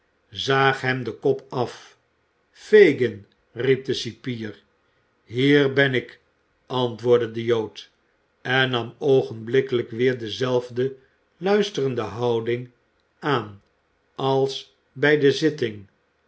zaag hem den kop af fagin riep de cipier hier ben ik antwoordde de jood en nam oogenblikkelij'k weer dezelfde luisterende houding aan a's bij de zitting